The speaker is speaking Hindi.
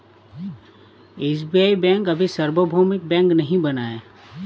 एस.बी.आई बैंक अभी सार्वभौमिक बैंक नहीं बना है